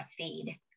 breastfeed